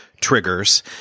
Triggers